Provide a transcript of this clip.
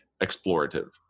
explorative